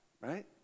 right